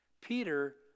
Peter